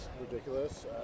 ridiculous